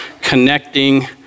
connecting